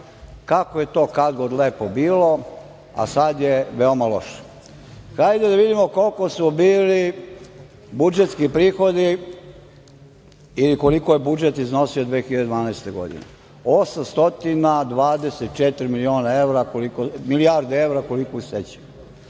kako je to kad god lepo bilo, a sad je veoma loše. Hajde da vidimo koliki su bili budžetski prihodi ili koliko je budžet iznosio 2012. godine – 824 milijarde dinara, koliko se